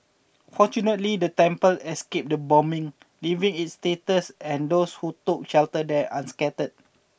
fortunately the temple escaped the bombing leaving its status and those who took shelter there unscathed